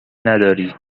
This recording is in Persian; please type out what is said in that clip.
نداری